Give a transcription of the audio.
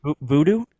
voodoo